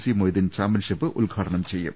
C Moideen championship ഉദ്ഘാടനം ചെയ്യും